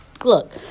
Look